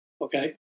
Okay